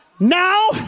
Now